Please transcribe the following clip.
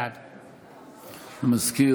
בעד המזכיר,